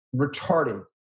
retarded